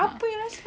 karma